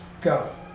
Go